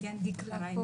סנ"צ דקלה פוגל,